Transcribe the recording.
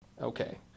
Okay